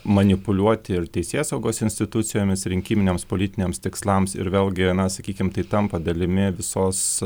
manipuliuoti ir teisėsaugos institucijomis rinkiminiams politiniams tikslams ir vėlgi na sakykim tai tampa dalimi visos